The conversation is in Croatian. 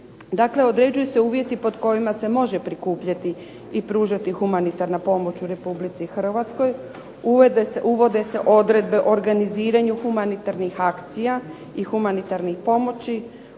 određuju se uvjeti pod kojima se može prikupljati i pružati humanitarna pomoć u Republici Hrvatskoj, uvede se odredbe o organiziranju humanitarnih akcija i pomoći. Humanitarna pomoć